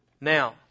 Now